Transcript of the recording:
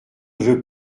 veux